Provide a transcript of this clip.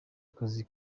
akazi